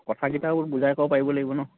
কথা কেইটাও বুজাই কব পাৰিব লাগিব ন